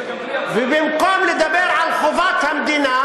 ובמקום לדבר על חובת המדינה,